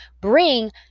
bring